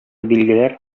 билгеләр